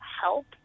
help